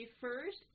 first